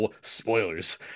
Spoilers